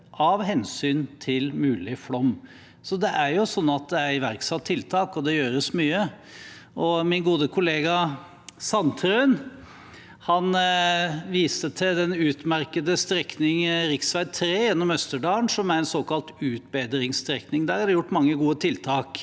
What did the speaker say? av hensyn til mulig flom. Det er altså iverksatt tiltak, og det gjøres mye. Min gode kollega Sandtrøen viste til den utmerkede strekningen rv. 3 gjennom Østerdalen, som er en såkalt utbedringsstrekning. Der er det gjort mange gode tiltak,